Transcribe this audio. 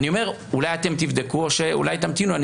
אולי אתם תבדקו או שאולי תמתינו אני